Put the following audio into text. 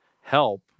help